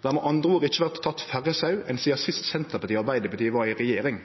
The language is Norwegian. Det har med andre ord ikkje vore teke fleire sau sidan sist Senterpartiet og Arbeidarpartiet var i regjering.